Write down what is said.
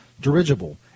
Dirigible